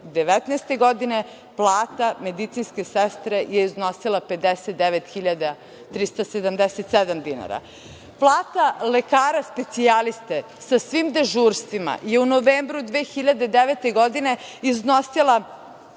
2019. godine plata medicinske sestre je iznosila 59.377 dinara. Plata lekara specijaliste sa svim dežurstvima je u novembru 2009. godine iznosila